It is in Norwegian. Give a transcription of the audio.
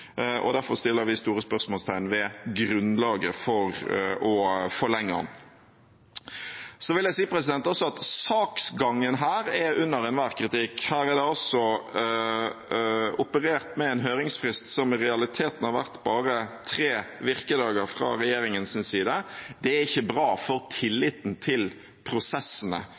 og vi mener at utviklingen i etterkant har vist at vi hadde godt grunnlag for det. Det viser seg at denne midlertidige loven ikke har vært tatt i bruk, derfor setter vi store spørsmålstegn ved grunnlaget for å forlenge den. Så vil jeg også si at saksgangen her er under enhver kritikk. Her er det operert med en høringsfrist fra regjeringens side som